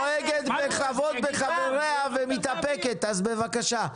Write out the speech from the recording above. מורגנשטרן, תסיים בבקשה.